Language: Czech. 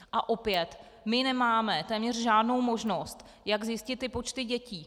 A opět, my nemáme téměř žádnou možnost, jak zjistit počty dětí.